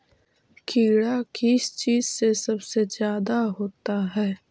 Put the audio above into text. कीड़ा किस चीज से सबसे ज्यादा होता है?